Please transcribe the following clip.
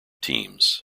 teams